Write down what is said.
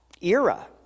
era